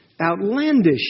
outlandish